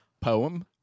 poem